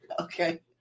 Okay